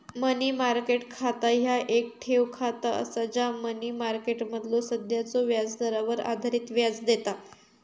मनी market खाता ह्या येक ठेव खाता असा जा मनी मार्केटमधलो सध्याच्यो व्याजदरावर आधारित व्याज देता